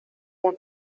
want